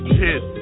hit